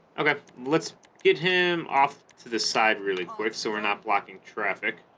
okay let's get him off to the side really quick so we're not blocking traffic